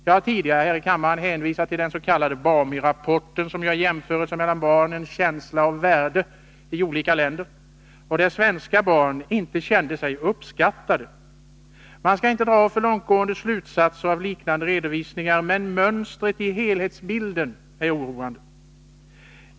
Jag har tidigare här i kammaren hänvisat till den s.k. BAMI-rapporten, som gör jämförelser mellan barnens känsla av värde i olika länder, och enligt vilken svenska barn inte kände sig uppskattade. Man skall inte dra för långtgående slutsatser av liknande redovisningar, men mönstret i helhetsbilden är oroande.